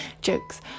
jokes